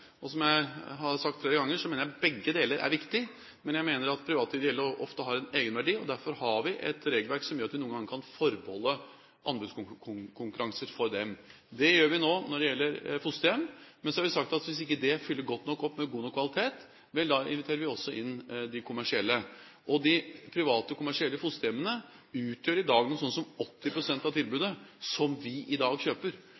Som jeg har sagt flere ganger, mener jeg at begge deler er viktig, men jeg mener at private ideelle ofte har en egenverdi. Derfor har vi et regelverk som gjør at vi noen ganger kan forbeholde anbudskonkurranser for dem. Det gjør vi nå når det gjelder fosterhjem. Men så har vi sagt at hvis det ikke fyller godt nok opp med god nok kvalitet, vel, da inviterer vi også inn de kommersielle. De private og kommersielle fosterhjemmene utgjør i dag noe sånt som 80 pst. av tilbudet vi i dag kjøper,